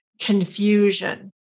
confusion